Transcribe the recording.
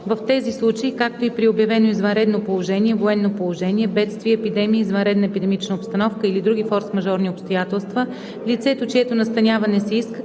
„В тези случаи, както и при обявено извънредно положение, военно положение, бедствие, епидемия, извънредна епидемична обстановка или други форсмажорни обстоятелства лицето, чието настаняване се иска,